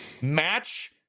match